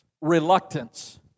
reluctance